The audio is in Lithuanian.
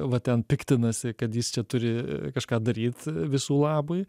va ten piktinasi kad jis čia turi kažką daryt visų labui